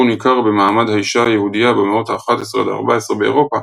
ניכר במעמד האישה היהודיה במאות ה-11–14 באירופה,